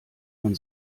man